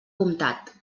comtat